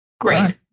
Great